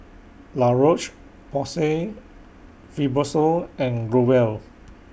La Roche Porsay Fibrosol and Growell